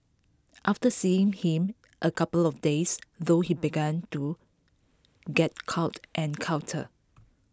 after seeing him A couple of days though he began to get cuter and cuter